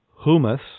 humus